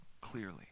clearly